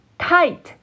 tight